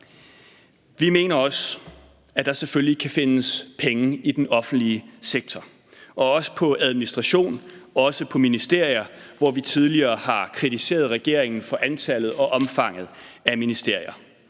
Vi mener også, at der selvfølgelig kan findes penge i den offentlige sektor, også på administration og også i forhold til ministerier, hvor vi tidligere har kritiseret regeringen for antallet og omfanget af ministerier.